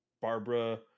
Barbara